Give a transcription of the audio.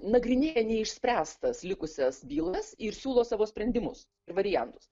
nagrinėja neišspręstas likusias bylas ir siūlo savo sprendimus ir variantus